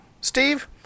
Steve